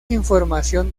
información